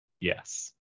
yes